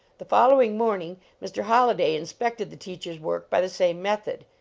the following morning mr. holliday inspected the teacher s work by the same method.